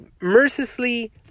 mercilessly